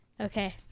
okay